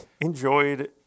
enjoyed